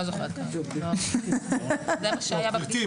גבירתי,